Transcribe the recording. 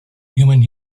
human